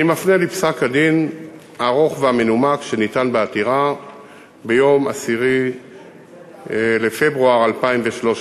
אני מפנה לפסק-הדין הארוך והמנומק שניתן בעתירה ביום 10 בפברואר 2013,